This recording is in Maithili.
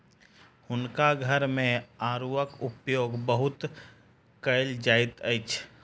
हुनका घर मे आड़ूक उपयोग बहुत कयल जाइत अछि